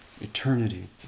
eternity